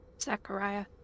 Zachariah